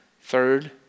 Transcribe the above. Third